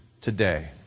today